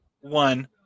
one